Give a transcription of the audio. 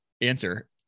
answer